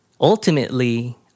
Ultimately